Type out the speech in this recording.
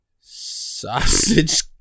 Sausage